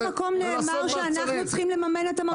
באיזה מקום נאמר שאנחנו צריכים לממן את המרכיב הזה?